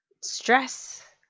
stress